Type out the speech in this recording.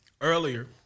earlier